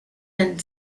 and